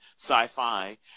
sci-fi